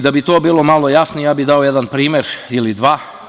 Da bi to bilo malo jasnije, ja sam dao jedan primer ili dva.